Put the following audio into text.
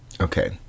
Okay